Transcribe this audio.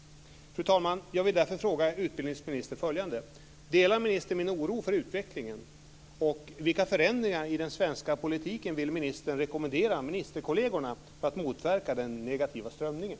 Fru talman! Jag vill därför fråga utbildningsministern följande: Delar ministern min oro för utvecklingen, och vilka förändringar i den svenska politiken vill ministern rekommendera ministerkollegerna för att motverka den negativa strömningen?